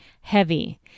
heavy